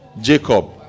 jacob